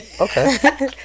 Okay